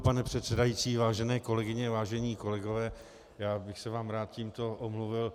Pane předsedající, vážené kolegyně, vážení kolegové, já bych se vám rád tímto omluvil.